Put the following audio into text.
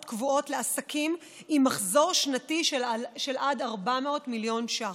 קבועות לעסקים עם מחזור שנתי של עד 400 מיליון שקלים.